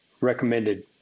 recommended